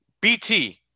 BT